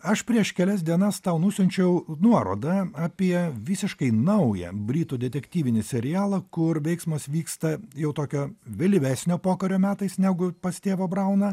aš prieš kelias dienas tau nusiunčiau nuorodą apie visiškai naują britų detektyvinį serialą kur veiksmas vyksta jau tokio vėlyvesnio pokario metais negu pas tėvą brauną